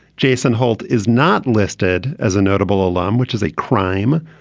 jason holt is not listed as a notable alarm, which is a crime,